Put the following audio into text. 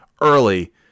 early